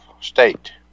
state